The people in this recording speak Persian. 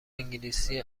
انگلیسی